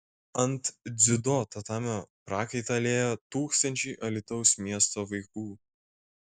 ant dziudo tatamio prakaitą liejo tūkstančiai alytaus miesto vaikų